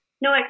no